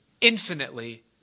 infinitely